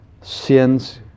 sins